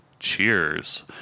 Cheers